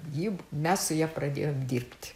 ji mes su ja pradėjom dirbti